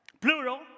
plural